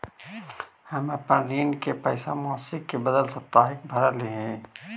हम अपन ऋण के पैसा मासिक के बदला साप्ताहिक भरअ ही